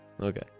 Okay